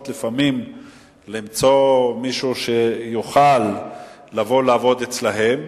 לפעמים למצוא מישהו שיוכל לבוא לעבוד אצלן,